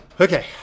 Okay